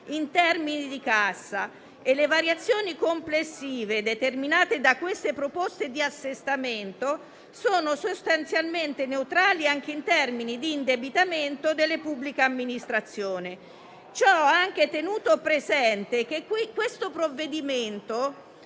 in termini di cassa. Le variazioni complessive determinate da queste proposte di assestamento sono sostanzialmente neutrali anche in termini di indebitamento delle pubbliche amministrazioni. Va anche tenuto presente che questo provvedimento